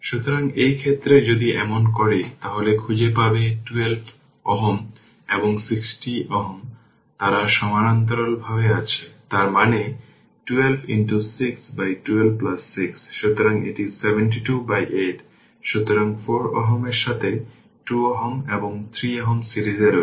সুতরাং এই ক্ষেত্রে যদি এমন করে তাহলে খুঁজে পাবে 12Ω এবং 6Ω তারা সমান্তরালভাবে আছে তার মানে 12 6 বাই 12 6 সুতরাং এটি 72 বাই 8 সুতরাং 4Ω এর সাথে 2Ω এবং 3Ω সিরিজে রয়েছে